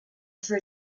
for